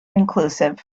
inclusive